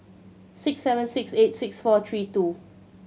six seven six eight six four three two